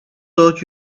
told